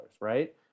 right